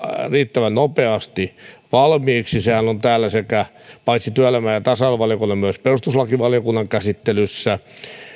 riittävän nopeasti valmiiksi sehän on täällä paitsi työelämä ja ja tasa arvovaliokunnan myös perustuslakivaliokunnan käsittelyssä